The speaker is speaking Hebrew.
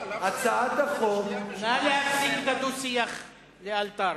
הצעת החוק, נא להפסיק את הדו-שיח לאלתר.